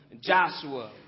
Joshua